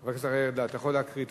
חבר הכנסת אריה אלדד, אתה יכול לקרוא את